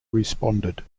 responded